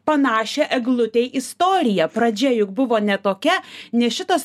panašią eglutei istoriją pradžia juk buvo ne tokia ne šitas